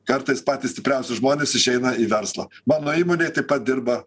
kartais patys stipriausi žmonės išeina į verslą mano įmonėj taip pat dirba